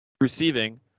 receiving